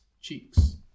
cheeks